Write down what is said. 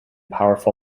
powerful